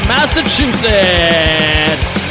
Massachusetts